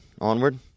onward